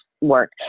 work